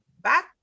back